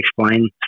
explain